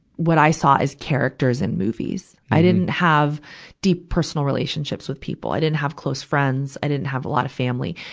what i saw as characters in movies. i didn't have deep personal relationship with people. i didn't have close friends. i didn't have a lot of family.